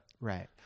Right